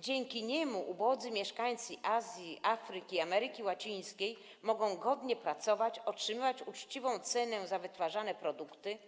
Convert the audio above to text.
Dzięki niemu ubodzy mieszkańcy Azji, Afryki, Ameryki Łacińskiej mogą godnie pracować, otrzymywać uczciwą cenę za wytwarzane produkty,